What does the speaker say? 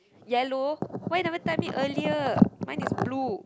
yellow why never tell me earlier mine is blue